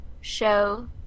show